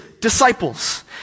disciples